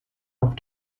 auf